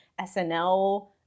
SNL